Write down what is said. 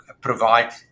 provide